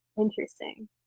Interesting